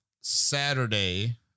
Saturday